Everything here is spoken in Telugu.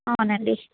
అవునండి